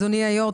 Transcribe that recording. אדוני היו"ר,